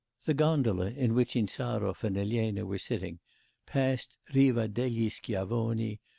the gondola in which insarov and elena were sitting passed riva dei yeah schiavoni,